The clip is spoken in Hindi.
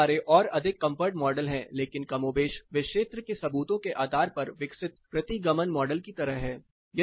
तो बहुत सारे और अधिक कंफर्ट मॉडल हैं लेकिन कमोबेश वे क्षेत्र के सबूतों के आधार पर विकसित प्रतिगमन मॉडल की तरह हैं